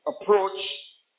approach